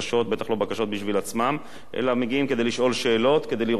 מסכים אתך, אדוני היושב-ראש.